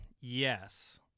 Yes